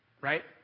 right